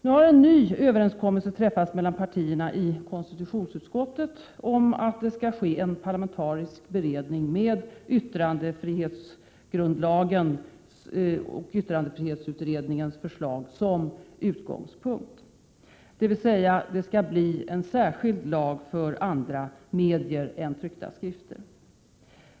Nu har en ny överenskommelse träffats mellan partierna i konstitutionsutskottet om att det skall ske en parlamentarisk beredning med yttrandefrihetsutredningens förslag som utgångspunkt, dvs. det skall bli en särskild lag för andra medier än det tryckta ordet.